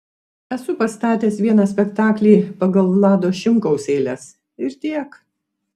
esu pastatęs vieną spektaklį pagal vlado šimkaus eiles ir tiek